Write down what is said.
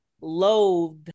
loathed